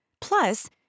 Plus